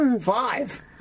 Five